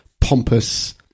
pompous